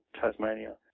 Tasmania